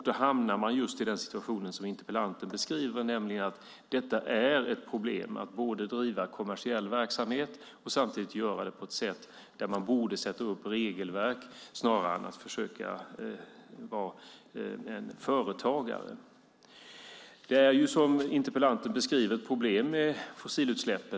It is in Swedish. Då hamnar man just i den situation som interpellanten beskriver, nämligen att det är ett problem att driva kommersiell verksamhet och samtidigt göra det på ett sätt där man borde sätta upp regelverk snarare än att försöka vara en företagare. Det är som interpellanten beskriver ett problem med fossilutsläppen.